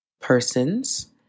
persons